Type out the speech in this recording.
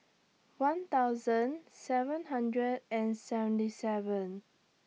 one thousand seven hundred and seventy seven